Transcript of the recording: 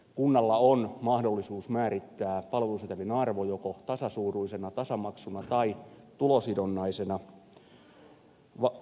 kunnalla on mahdollisuus määrittää palvelusetelin arvo joko tasasuuruisena tasamaksuna tai tulosidonnaisena